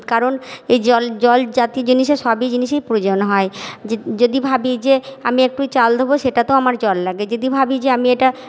কারণ এই জল জল জাতীয় জিনিসে সবই জিনিসই প্রয়োজন হয় যদি ভাবি যে আমি একটু চাল ধোবো সেটাতেও আমার জল লাগে যদি ভাবি যে আমি এটা